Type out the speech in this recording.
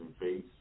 face